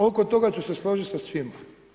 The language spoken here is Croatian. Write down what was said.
Oko toga ću se složit sa svima.